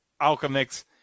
Alchemix